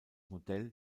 modell